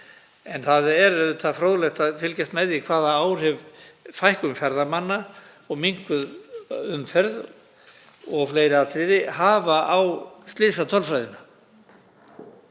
En það er auðvitað fróðlegt að fylgjast með því hvaða áhrif fækkun ferðamanna, minnkuð umferð og fleiri atriði hafa á slysatölfræðina.